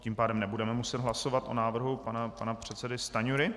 Tím pádem nebudeme muset hlasovat o návrhu pana předsedy Stanjury.